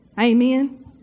Amen